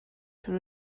شروع